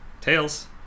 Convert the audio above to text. Tails